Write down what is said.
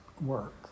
work